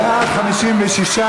יואל חסון,